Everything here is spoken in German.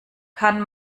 kann